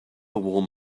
warm